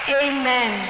amen